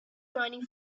mining